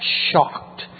shocked